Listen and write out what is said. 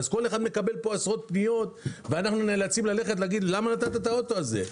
כל אחד פה מקבל עשרות פניות ואנחנו נאלצים להגיד: למה נתת את האוטו הזה?